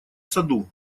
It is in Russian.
саду